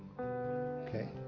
Okay